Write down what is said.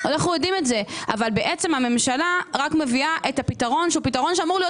בעצם הממשלה רק מביאה את הפתרון שהוא פתרון שאמור להיות